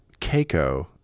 Keiko